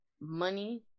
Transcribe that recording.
money